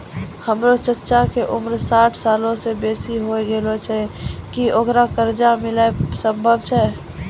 हमरो चच्चा के उमर साठ सालो से बेसी होय गेलो छै, कि ओकरा कर्जा मिलनाय सम्भव छै?